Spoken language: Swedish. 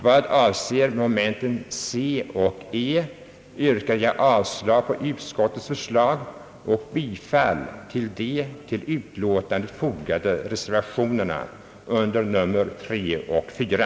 Vad avser punkterna C och E yrkar jag avslag på utskottets förslag och bifall till reservationerna nr 3 och 4.